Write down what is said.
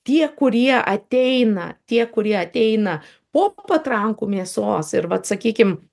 tie kurie ateina tie kurie ateina po patrankų mėsos ir vat sakykim